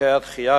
נימוקי הדחייה,